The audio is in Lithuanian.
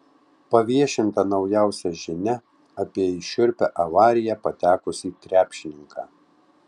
paviešinta naujausia žinia apie į šiurpią avariją patekusį krepšininką